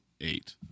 eight